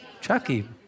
Chucky